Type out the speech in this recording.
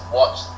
watch